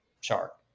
chart